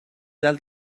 dels